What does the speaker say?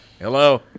Hello